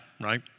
right